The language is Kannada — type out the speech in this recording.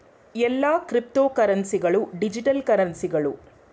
ಎಲ್ಲಾ ಕ್ರಿಪ್ತೋಕರೆನ್ಸಿ ಗಳು ಡಿಜಿಟಲ್ ಕರೆನ್ಸಿಗಳು